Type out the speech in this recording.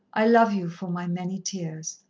i love you for my many tears.